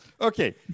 Okay